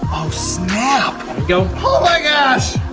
oh, snap. yum. oh my gosh.